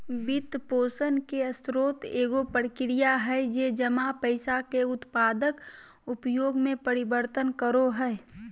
वित्तपोषण के स्रोत एगो प्रक्रिया हइ जे जमा पैसा के उत्पादक उपयोग में परिवर्तन करो हइ